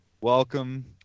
Welcome